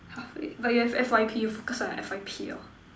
!huh! wait but you have F_Y_P focus on your F_Y_P orh